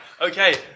Okay